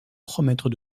promettre